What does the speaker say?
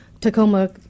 Tacoma